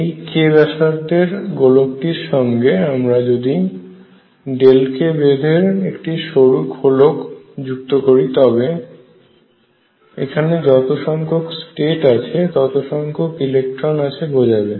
এই k ব্যাসার্ধের গোলকটির সঙ্গে আমরা যদি Δk বেধ এর একটি সরু খোলক যুক্ত করি তবে এখানে যত সংখ্যক স্টেট আছে তত সংখ্যক ইলেকট্রন আছে বোঝাবে